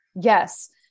Yes